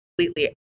completely